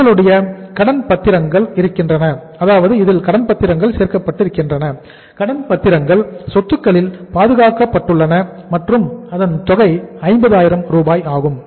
உங்களுக்கு கடன் பத்திரங்கள் இருக்கின்றன கடன் பத்திரங்கள் சொத்துக்களில் பாதுகாக்கப்பட்டுள்ளன மற்றும் அதன் தொகை 50000 ரூபாய் ஆகும்